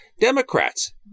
Democrats